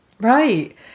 Right